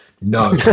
No